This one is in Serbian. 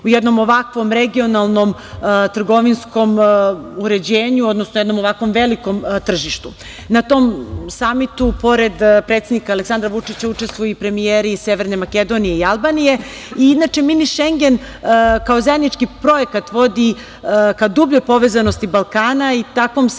u jednom ovakvom regionalnom trgovinskom uređenju, odnosno u jednom ovako velikom tržištu. Na tom samitu pored predsednika Aleksandra Vučića učestvuju i premijeri iz Severne Makedonije i Albanije. Inače, Mini Šengen kao zajednički projekat vodi ka dubljoj povezanosti Balkana i takvom saradnjom